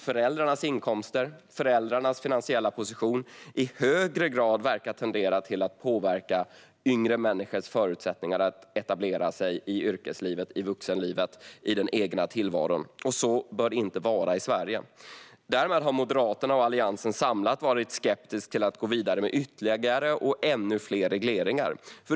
Föräldrarnas inkomster och deras finansiella position tenderar i högre grad att påverka yngre människors förutsättningar att etablera sig i yrkeslivet, vuxenlivet och den egna tillvaron. Så bör det inte vara i Sverige. Moderaterna och den samlade Alliansen har varit skeptiska till att gå vidare med ytterligare fler regleringar.